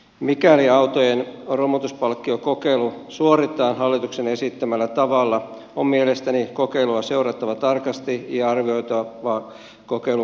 mikäli autojen romutuspalkkiokokeilu suoritetaan hallituksen esittämällä tavalla on mielestäni kokeilua seurattava tarkasti ja arvioitava kokeilun vaikutuksia